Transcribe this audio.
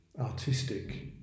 artistic